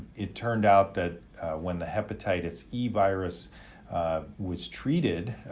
it turned out that when the hepatitis e virus was treated,